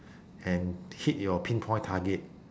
and hit your pinpoint target